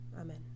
Amen